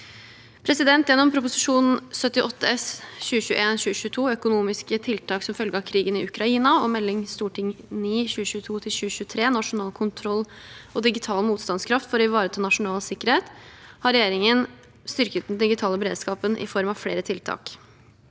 innlegg. Gjennom Prop. 78 S for 2021–2022, om økonomiske tiltak som følge av krigen i Ukraina, og Meld. St. 9 for 2022–2023, om nasjonal kontroll og digital motstandskraft for å ivareta nasjonal sikkerhet, har regjeringen styrket den digitale beredskapen i form av flere tiltak.